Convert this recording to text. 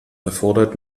erfordert